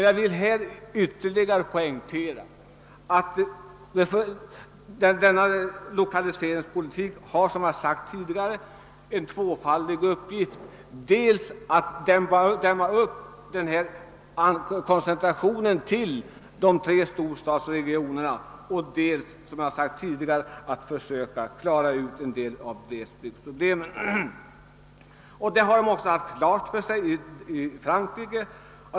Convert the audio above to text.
Jag vill här ytterligare poängtera att denna lokaliseringspolitik har den tvåfaldiga uppgiften att dämma upp koncentrationen till storstadsregionerna och att lösa glesbygdsproblemen. Detta har man klart för sig i Frankrike.